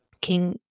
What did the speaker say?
King